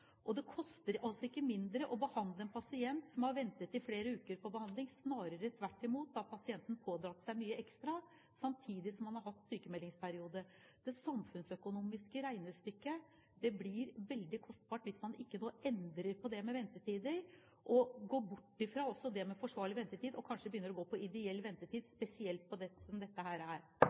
i flere uker på behandling, snarere tvert imot har pasienten pådratt seg mye ekstra, samtidig som man har hatt en sykmeldingsperiode. Det samfunnsøkonomiske regnestykket blir veldig kostbart hvis man ikke nå endrer på dette og går bort fra «forsvarlig» ventetid og kanskje begynner å gå for «ideell» ventetid, spesielt i tilfeller som dette. Hva mener statsråden om det? Som jeg også sa i svaret mitt, er